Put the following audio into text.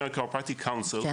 Chiropractic Council General GCC,